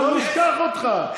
שלא נשכח אותך.